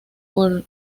por